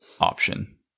option